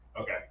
Okay